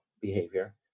behavior